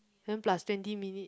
then plus twenty minute